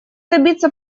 добиться